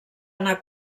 anar